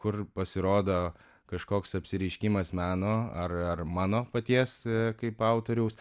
kur pasirodo kažkoks apsireiškimas meno ar ar mano paties kaip autoriaus